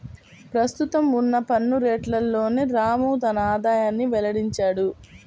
ప్రస్తుతం ఉన్న పన్ను రేట్లలోనే రాము తన ఆదాయాన్ని వెల్లడించాడు